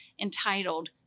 entitled